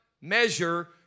measure